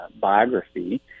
biography